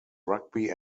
rugby